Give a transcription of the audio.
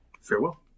farewell